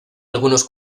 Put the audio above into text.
algunos